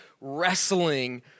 wrestling